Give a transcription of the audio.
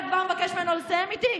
אתה כבר מבקש ממנו לסיים איתי?